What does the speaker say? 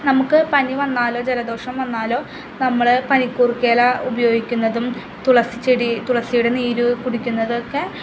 നമുക്ക് പനി വന്നാലോ ജലദോഷം വന്നാലോ നമ്മൾ പനികൂർക്കയില ഉപയോഗിക്കുന്നതും തുളസി ചെടി തുളസിയുടെ നീര് കുടിക്കുന്നതൊക്കെ